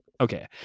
okay